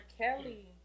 Kelly